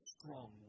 strong